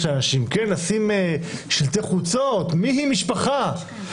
לאנשים לשים שלטי חוצות מיהי משפחה.